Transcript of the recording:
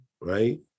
Right